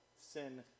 sin